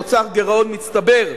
נוצר גירעון מצטבר,